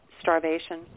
starvation